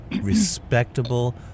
respectable